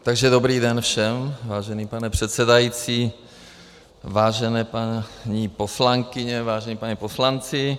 Takže dobrý den všem, vážený pane předsedající, vážené paní poslankyně, vážení páni poslanci.